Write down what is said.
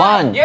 One